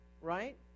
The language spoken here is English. right